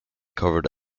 covered